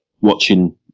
watching